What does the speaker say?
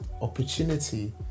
opportunity